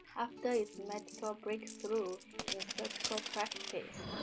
after its medical breakthrough in surgical practice,